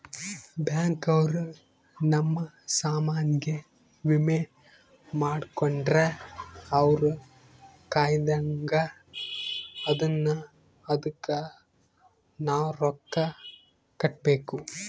bank ಅವ್ರ ನಮ್ ಸಾಮನ್ ಗೆ ವಿಮೆ ಮಾಡ್ಕೊಂಡ್ರ ಅವ್ರ ಕಾಯ್ತ್ದಂಗ ಅದುನ್ನ ಅದುಕ್ ನವ ರೊಕ್ಕ ಕಟ್ಬೇಕು